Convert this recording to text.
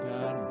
God